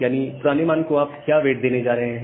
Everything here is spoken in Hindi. यानी पुराने मान को आप क्या वेट देने जा रहे हैं